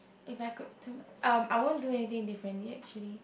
if I could turn um I won't do anything differently actually